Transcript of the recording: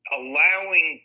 allowing